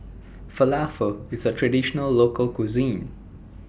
Falafel IS A Traditional Local Cuisine